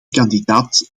kandidaat